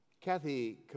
Kathy